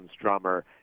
drummer